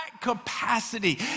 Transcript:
capacity